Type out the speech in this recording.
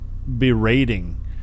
berating